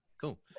cool